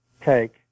take